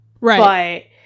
Right